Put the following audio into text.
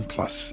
Plus